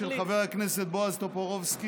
של חבר הכנסת בועז טופורובסקי,